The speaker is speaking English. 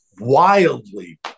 wildly